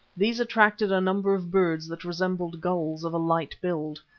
these attracted a number of birds that resembled gulls of a light build.